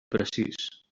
precís